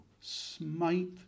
Smite